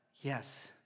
yes